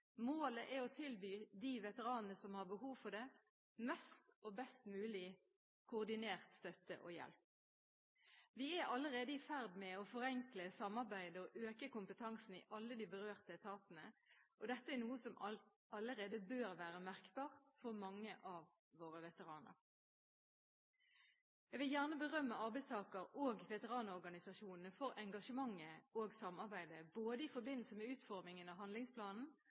Målet er å tilby de veteranene som har behov for det, mest og best mulig koordinert støtte og hjelp. Vi er allerede i ferd med å forenkle samarbeidet og øke kompetansen i alle de berørte etatene. Dette er noe som allerede bør være merkbart for mange av våre veteraner. Jeg vil gjerne berømme arbeidstaker- og veteranorganisasjonene for engasjementet og samarbeidet både i forbindelse med utformingen av handlingsplanen